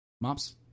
Mops